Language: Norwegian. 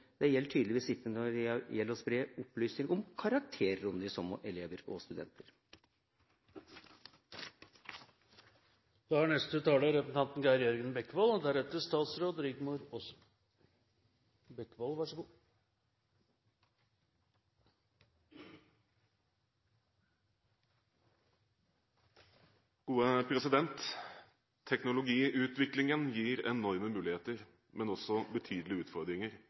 det gjelder karakterer. Tanken om at det er problematisk å spre personopplysninger om elever og studenter, gjelder tydeligvis ikke når det gjelder å spre opplysninger om karakterer for de samme elever og studenter. Teknologiutviklingen gir enorme muligheter, men også betydelige utfordringer,